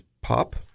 pop